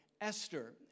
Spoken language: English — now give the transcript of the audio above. Esther